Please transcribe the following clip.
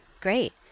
great